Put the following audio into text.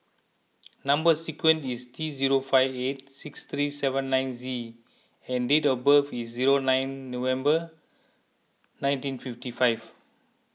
Number Sequence is T zero five eight six three seven nine Z and date of birth is zero nine November nineteen fifty five